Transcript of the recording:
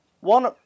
One